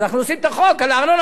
אנחנו עושים את החוק על הארנונה,